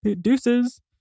deuces